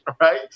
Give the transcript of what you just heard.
right